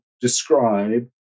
describe